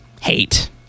hate